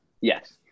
yes